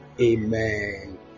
Amen